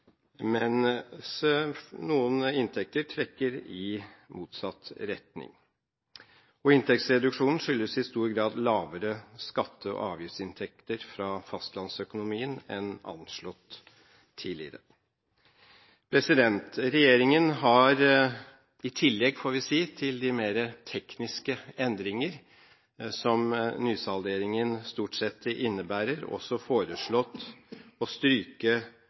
noen inntekter trekker i motsatt retning. Inntektsreduksjonen skyldes i stor grad lavere skatte- og avgiftsinntekter fra fastlandsøkonomien enn anslått tidligere. Regjeringen har i tillegg til de mer tekniske endringer som nysalderingen stort sett innebærer, også foreslått å stryke